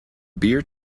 beer